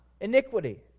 Iniquity